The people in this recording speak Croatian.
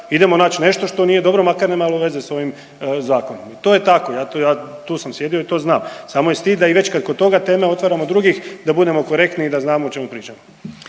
Idemo naći nešto što nije dobro makar nemalo veze sa ovim zakonom. I to je tako. Ja tu sam sjedio i to znam, samo je stid da i već kod ove teme otvaramo drugih da budemo korektni i da znamo o čemu pričamo.